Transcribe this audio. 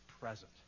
present